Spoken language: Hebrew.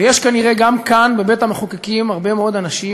ויש כנראה גם כאן, בבית-המחוקקים, הרבה מאוד אנשים